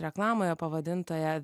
reklamoje pavadintoje